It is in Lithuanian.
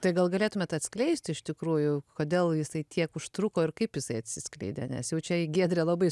tai gal galėtumėt atskleist iš tikrųjų kodėl jisai tiek užtruko ir kaip jisai atsiskleidė nes jau čia giedrė labai